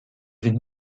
sind